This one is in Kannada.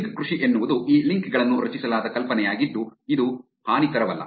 ಲಿಂಕ್ ಕೃಷಿ ಎನ್ನುವುದು ಈ ಲಿಂಕ್ ಗಳನ್ನು ರಚಿಸಲಾದ ಕಲ್ಪನೆಯಾಗಿದ್ದು ಅದು ಹಾನಿಕರವಲ್ಲ